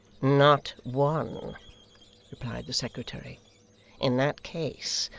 not one replied the secretary in that case,